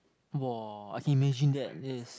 !wah! I can imagine that is